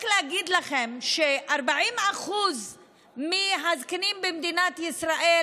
רק להגיד לכם ש-40% מהזקנים במדינת ישראל